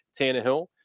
Tannehill